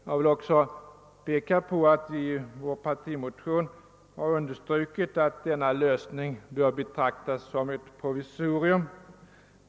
Jag vill också peka på att vi i vår partimotion understrukit att denna lösning bör betraktas som ett provisorium.